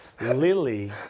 Lily